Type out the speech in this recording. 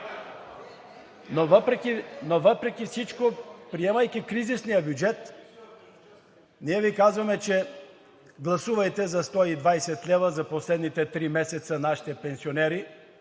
Но въпреки всичко, приемайки кризисния бюджет, ние Ви казваме: гласувайте за 120 лв. за последните три месеца, нашите пенсионери